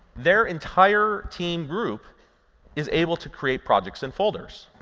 their entire team group is able to create projects and folders.